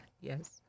Yes